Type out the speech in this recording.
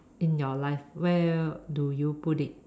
in your life where do you put it